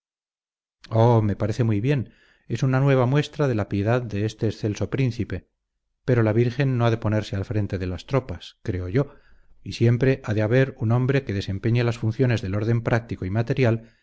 oh me parece muy bien es una nueva muestra de la piedad de este excelso príncipe pero la virgen no ha de ponerse al frente de las tropas creo yo y siempre ha de haber un hombre que desempeñe las funciones del orden práctico y material